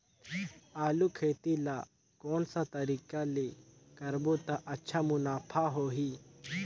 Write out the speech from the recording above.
आलू खेती ला कोन सा तरीका ले करबो त अच्छा मुनाफा होही?